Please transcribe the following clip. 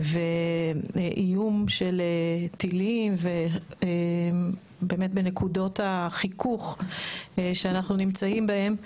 ואיום של טילים ובאמת בנקודות החיכוך שאנחנו נמצאים בהם.